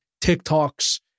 TikToks